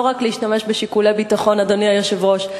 לא רק להשתמש בשיקולי ביטחון, אדוני היושב-ראש.